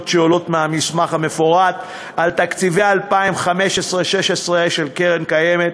שעולות מהמסמך המפורט על תקציבי 2015 2016 של קרן קיימת,